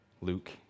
Luke